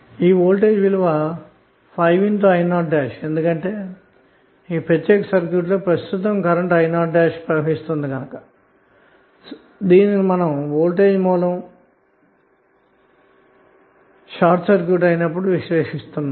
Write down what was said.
ఈ వోల్టేజ్ విలువ 5i0 ఎందుకంటేఈ ప్రత్యేక సర్క్యూట్ లో ప్రస్తుతం కరెంటు i0 ప్రవహిస్తుంది అన్నమాట వోల్టేజ్ సోర్స్ షార్ట్ సర్క్యూట్ అయినప్పుడు మనము ఈ సర్క్యూట్ ని విశ్లేషిస్తున్నాము